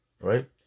right